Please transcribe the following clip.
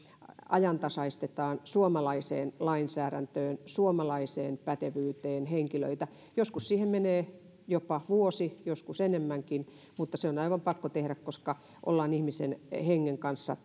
ajantasaistetaan suomalaiseen lainsäädäntöön ja suomalaiseen pätevyyteen henkilöitä joskus siihen menee jopa vuosi joskus enemmänkin mutta se on aivan pakko tehdä koska terveydenhuollossa ollaan ihmisen hengen kanssa